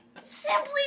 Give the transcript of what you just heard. simply